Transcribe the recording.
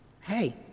Hey